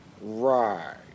Right